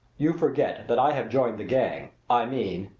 you forget that i have joined the gang i mean,